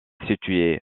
située